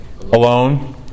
alone